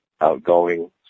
outgoing